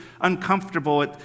uncomfortable